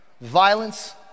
Violence